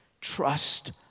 trust